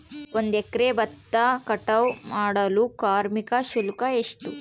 ಒಂದು ಎಕರೆ ಭತ್ತ ಕಟಾವ್ ಮಾಡಲು ಕಾರ್ಮಿಕ ಶುಲ್ಕ ಎಷ್ಟು?